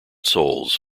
souls